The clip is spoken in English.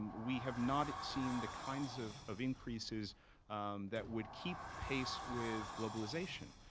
and we have not seen the kinds of of increases that would keep pace with globalization.